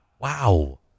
wow